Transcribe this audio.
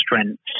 strengths